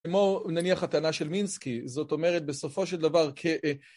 כמו נניח הטענה של מינסקי, זאת אומרת בסופו של דבר כ...